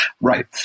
Right